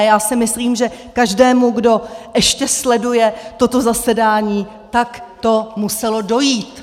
Já si myslím, že každému, kdo ještě sleduje toto zasedání, to muselo dojít!